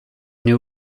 new